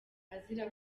azira